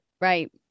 Right